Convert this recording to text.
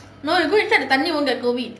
no you go inside the thanni you wont get COVID